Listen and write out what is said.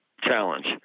challenge